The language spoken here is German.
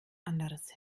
anderes